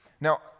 Now